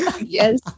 Yes